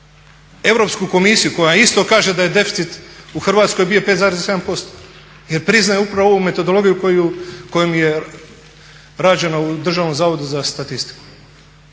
Europsku komisiju koja isto kaže da je deficit u Hrvatskoj bio 5,7% jer priznaje upravo ovu metodologiju koja je rađena u DZS-U. Govorite